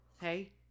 Hey